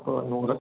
ഓ നൂറ്